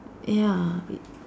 ya